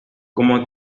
como